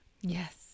Yes